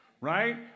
right